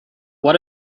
what